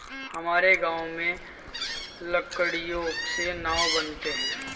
हमारे गांव में लकड़ियों से नाव बनते हैं